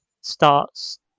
starts